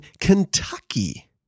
Kentucky